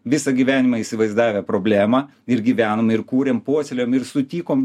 visą gyvenimą įsivaizdavę problemą ir gyvenome ir kūrėm puoselėjom ir sutikom